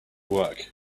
work